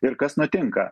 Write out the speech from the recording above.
ir kas nutinka